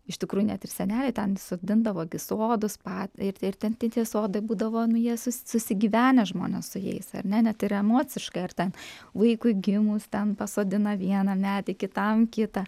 iš tikrųjų net ir seneliai ten sodindavo gi sodus pat ir ir ten tie sodai būdavo nu jie susi susigyvenę žmonės su jais ar ne net ir emociškai ar ten vaikui gimus ten pasodina vieną medį kitam kitą